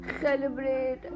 celebrate